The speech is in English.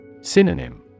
Synonym